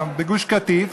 בגוש-קטיף,